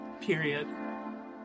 Period